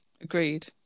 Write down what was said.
Agreed